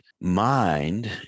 mind